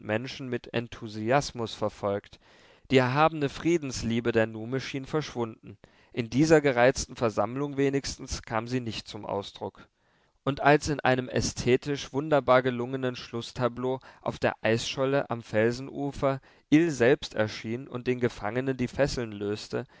menschen mit enthusiasmus verfolgt die erhabene friedensliebe der nume schien verschwunden in dieser gereizten versammlung wenigstens kam sie nicht zum ausdruck und als in einem ästhetisch wunderbar gelungenen schlußtableau auf der eisscholle am felsenufer ill selbst erschien und den gefangenen die fesseln löste